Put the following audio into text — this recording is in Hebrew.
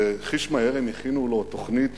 וחיש מהר הם הכינו לו תוכנית